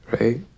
right